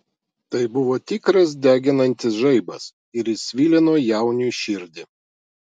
tai buvo tikras deginantis žaibas ir jis svilino jauniui širdį